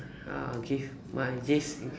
I'll give my yes